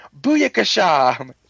Booyakasha